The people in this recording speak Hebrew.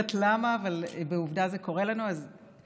יחימוביץ את חברת הכנסת מיקי חיימוביץ.